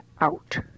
out